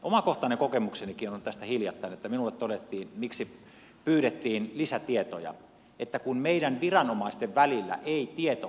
omakohtainen kokemuksenikin on tästä hiljattain että minulle todettiin perusteeksi sille miksi pyydettiin lisätietoja että kun meidän viranomaisten välillä ei tieto kätevästi kulje